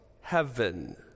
heaven